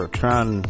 trying